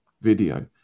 video